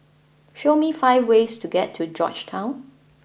show me five ways to get to Georgetown